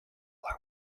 are